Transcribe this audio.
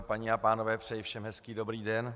Paní a pánové, přeji všem hezký dobrý den.